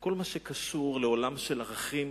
כל מה שקשור לעולם של ערכים